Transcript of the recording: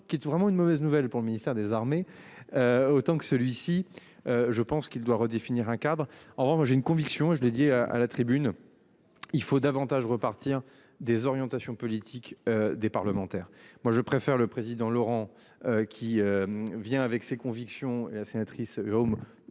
qui était vraiment une mauvaise nouvelle pour le ministère des Armées. Autant que celui-ci. Je pense qu'il doit redéfinir un cadre, au revoir. Moi j'ai une conviction et je dit à à la tribune. Il faut davantage repartir des orientations politiques des parlementaires. Moi je préfère le président Laurent. Qui. Vient avec ses convictions et la sénatrice homme.